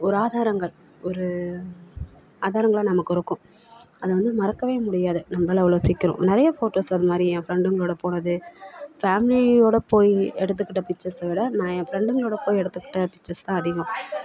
ஒரு ஆதாரங்கள் ஒரு ஆதாரங்களாக நமக்கு இருக்கும் அது வந்து மறக்கவே முடியாது நம்மளை அவ்வளோ சீக்கிரம் நிறைய ஃபோட்டோஸ் அது மாதிரி என் ஃப்ரெண்டுங்களோடு போனது ஃபேம்லிவோடு போய் எடுத்துக்கிட்ட பிச்சர்ஸை விட நான் என் ஃப்ரெண்டுங்களோடு போய் எடுத்துக்கிட்ட பிச்சர்ஸ் தான் அதிகம்